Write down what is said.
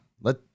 let